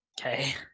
Okay